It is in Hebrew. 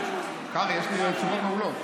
קרעי, יש לי תשובות מעולות.